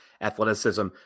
athleticism